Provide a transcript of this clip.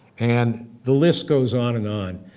and the list goes on and on,